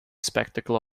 spectacle